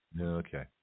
Okay